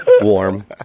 Warm